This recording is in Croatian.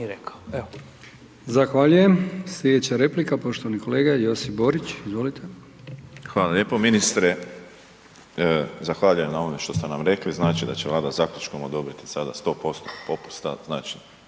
Zahvaljujem. Slijedeća replika, poštovani kolega Josip Borić, izvolite. **Borić, Josip (HDZ)** Hvala lijepo. Ministre, zahvaljujem na ovom što ste nam rekli, znači da će Vlada zaključkom odobriti sada 100% popusta,